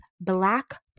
black